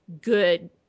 good